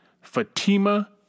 Fatima